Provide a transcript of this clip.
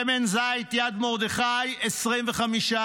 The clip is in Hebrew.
שמן זית יד מרדכי, 25%,